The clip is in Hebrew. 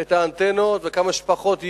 את האנטנות ושיהיו כמה שפחות.